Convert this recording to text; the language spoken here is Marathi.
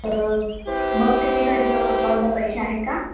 तर बघते मी घरी जाऊन अकाउंटला पैसे आहे का